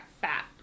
fat